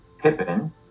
Pippin